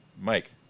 Mike